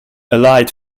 allied